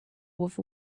with